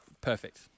Perfect